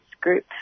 group